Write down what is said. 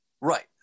Right